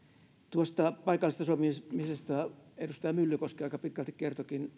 tuosta paikallisesta sopimisesta edustaja myllykoski aika pitkälti kertoikin